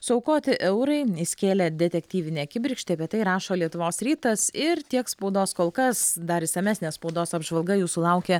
suaukoti eurai skėlė detektyvinę kibirkštį apie tai rašo lietuvos rytas ir tiek spaudos kol kas dar išsamesnė spaudos apžvalga jūsų laukia